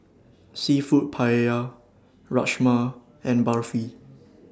Seafood Paella Rajma and Barfi